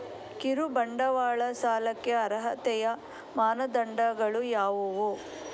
ಕಿರುಬಂಡವಾಳ ಸಾಲಕ್ಕೆ ಅರ್ಹತೆಯ ಮಾನದಂಡಗಳು ಯಾವುವು?